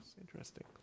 Interesting